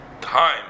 time